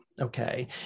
Okay